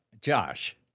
Josh